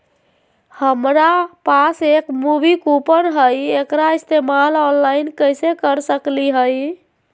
हमरा पास एक मूवी कूपन हई, एकरा इस्तेमाल ऑनलाइन कैसे कर सकली हई?